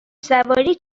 سواری